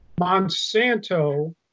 Monsanto